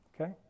Okay